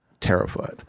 terrified